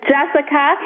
Jessica